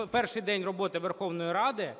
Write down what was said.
в перший день роботи Верховної Ради,